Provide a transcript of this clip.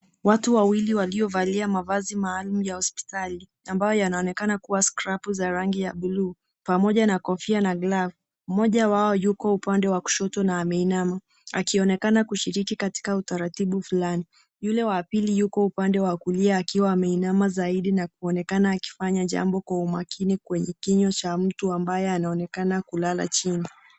Watu wawili waliyovalia mavazi mahalum ya hosipitali ambayo yanaonekana kuwa scrapu za rangi ya blue pamoja na kofia na glavu ,mmoja wao yuko upande wa kushoto na ameinama wakionekana kushiriki katika utaratibu fulani yule wa pili yuko upande wa kulia akiwa ameinama zaidi kuonekana akifanya jambo kwa umakini kwenye kinywa cha mtu ambaye anaonekana kulala chini.